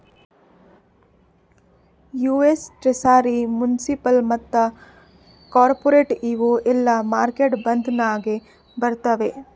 US treasury, municipal ಮತ್ತ corporate ಇವು ಎಲ್ಲಾ ಮಾರ್ಕೆಟ್ ಬಾಂಡ್ ನಾಗೆ ಬರ್ತಾವ್